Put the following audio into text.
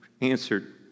answered